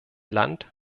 land